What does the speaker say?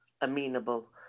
amenable